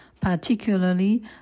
particularly